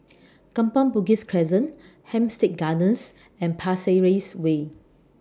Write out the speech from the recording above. Kampong Bugis Crescent Hampstead Gardens and Pasir Ris Way